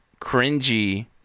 cringy